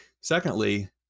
Secondly